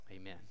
Amen